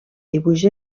dibuix